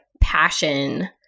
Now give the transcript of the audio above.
passion